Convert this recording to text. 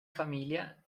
familia